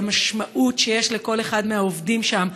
המשמעות שיש לכל אחד מהעובדים שם,